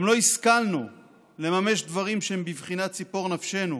גם לא השכלנו לממש דברים שהם בבחינת ציפור נפשנו,